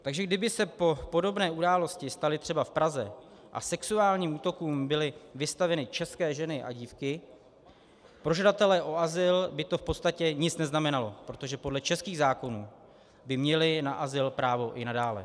Takže kdyby se podobné události staly třeba v Praze a sexuálním útokům byly vystaveny české ženy a dívky, pro žadatele o azyl by to v podstatě nic neznamenalo, protože podle českých zákonů by měli na azyl právo i nadále.